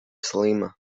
slima